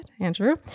Andrew